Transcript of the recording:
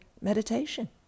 meditation